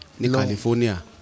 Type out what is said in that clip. California